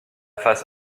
face